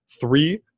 three